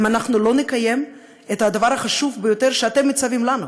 אם אנחנו לא נקיים את הדבר החשוב ביותר שאתם מצווים לנו,